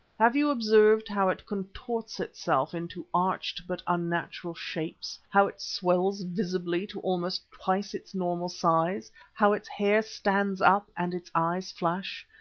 have you observed how it contorts itself into arched but unnatural shapes, how it swells visibly to almost twice its normal size, how its hair stands up and its eyes flash,